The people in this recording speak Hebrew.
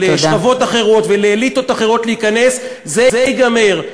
ולשכבות אחרות ולאליטות אחרות להיכנס, זה ייגמר.